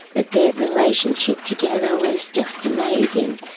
but their relationship together was just amazing.